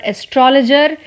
Astrologer